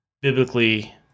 biblically –